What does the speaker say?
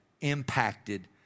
impacted